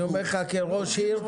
אני אומר לך כראש עיר,